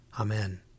Amen